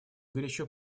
горячо